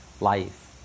life